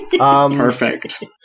perfect